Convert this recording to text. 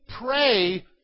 pray